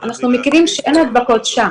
אנחנו יודעים שאין הדבקות שם.